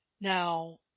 Now